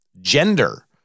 gender